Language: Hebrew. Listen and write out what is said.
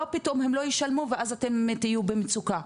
לא פתאום הם לא ישלמו ואז אתם תהיו במצוקה,